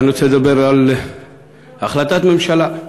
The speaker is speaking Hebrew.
אבל אני רוצה לדבר על החלטת ממשלה.